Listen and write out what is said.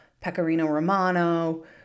Pecorino-Romano